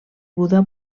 buda